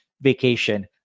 vacation